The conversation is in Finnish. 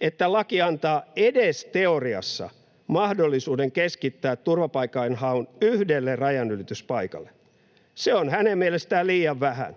että laki antaa edes teoriassa mahdollisuuden keskittää turvapaikanhaun yhdelle rajanylityspaikalle. Se on hänen mielestään liian vähän...”